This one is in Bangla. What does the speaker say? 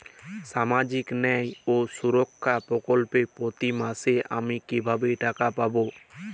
সামাজিক ন্যায় ও সুরক্ষা প্রকল্পে প্রতি মাসে আমি কিভাবে টাকা পাবো?